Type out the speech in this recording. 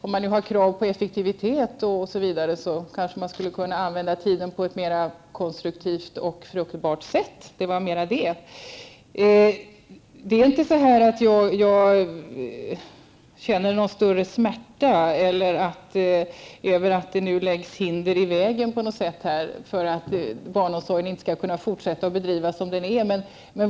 Om ni kräver effektivitet och annat, så kan ni kanske själva använda tiden på ett mer konstruktivt och fruktbart sätt. Jag känner ingen större smärta över att ni lägger hinder i vägen för att barnomsorgen inte skall få fortsätta att drivas som hittills.